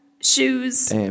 shoes